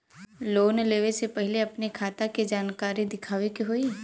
Loan लेवे से पहिले अपने खाता के जानकारी दिखावे के होई?